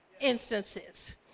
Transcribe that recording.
instances